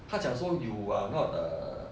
他讲说 you are not the